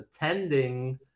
attending